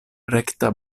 rekta